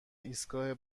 ایستگاه